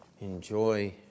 enjoy